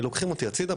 לוקחים אותי הצידה,